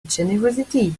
generosity